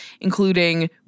including